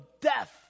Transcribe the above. death